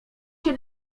się